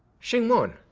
xinguang,